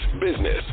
business